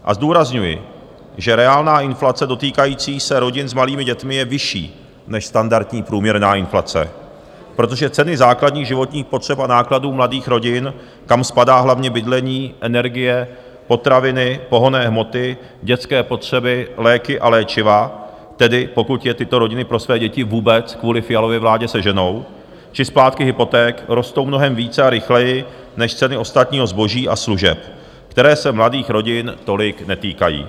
A zdůrazňuji, že reálná inflace dotýkající se rodin s malými dětmi je vyšší než standardní průměrná inflace, protože ceny základních životních potřeb a nákladů mladých rodin, kam spadá hlavně bydlení, energie, potraviny, pohonné hmoty, dětské potřeby, léky a léčiva, tedy pokud je tyto rodiny pro své děti vůbec kvůli Fialově vládě seženou, či splátky hypoték rostou mnohem více a rychleji než ceny ostatního zboží a služeb, které se mladých rodin tolik netýkají.